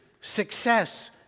success